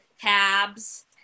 tabs